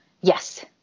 yes